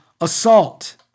assault